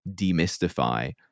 demystify